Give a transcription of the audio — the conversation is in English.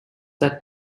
that